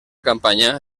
campanya